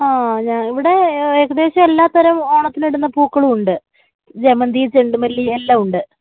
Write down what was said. അ ഇവിടെ ഏകദേശം എല്ലാതരം ഓണത്തിനിടുന്ന പൂക്കളുമുണ്ട് ജെമന്തി ചെണ്ടുമല്ലി എല്ലാമുണ്ട്